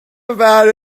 about